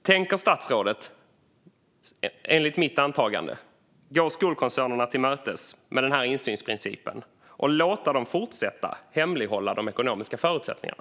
Tänker statsrådet enligt mitt antagande gå skolkoncernerna till mötes med insynsprincipen och låta dem fortsätta att hemlighålla de ekonomiska förutsättningarna?